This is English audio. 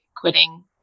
quitting